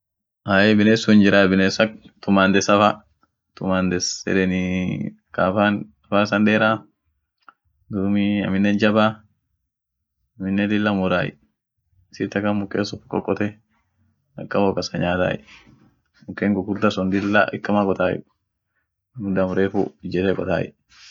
Ahy biness sun hinjiray, biness ak tumandessa fa, tumaness hedenii ka afan afan issan deera duumi aminen jabaa, aminen lilla murray, issit akan muken sun qoqote, akan wo kasa nyaatay, muken gugurda sun lilla akama qotay, muda mrefu ijete qotay.